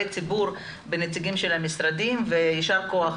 הציבור בנציגים של המשרדים ויישר כח,